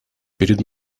перед